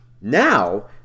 Now